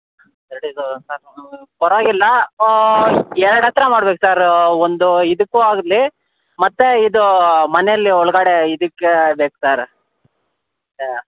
thirty thousand sir ಪರವಾಗಿಲ್ಲ ಎರ್ಡು ಹತ್ರ ಮಾಡ್ಬೇಕು ಸರ್ ಒಂದು ಇದಕ್ಕೂ ಆಗಲಿ ಮತ್ತೆ ಇದು ಮನೇಲ್ಲಿ ಒಳಗಡೆ ಇದಕ್ಕೆ ಬೇಕು ಸರ್